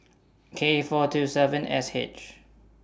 K four two seven S H